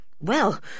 Well